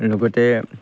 লগতে